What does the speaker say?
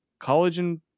collagen